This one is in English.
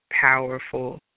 powerful